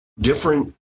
different